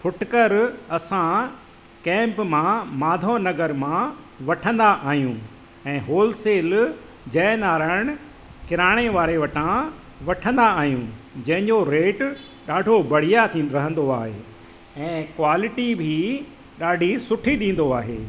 फुटकर असां कैम्प मां माथोनगर मां वठंदा आहियूं ऐं होलसेल जय नारायण किराणे वारे वटा वठंदा आहियूं जंहिंजो रेट ॾाढो बढ़िया रहंदो आहे ऐं क्वालिटी बि ॾाढी सुठी ॾींदो आहे